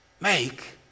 make